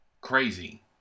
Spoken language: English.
crazy